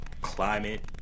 climate